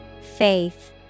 Faith